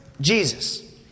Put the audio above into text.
Jesus